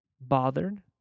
bothered